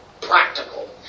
practical